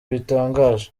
bitangaje